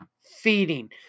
feeding